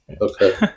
Okay